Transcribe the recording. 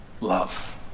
love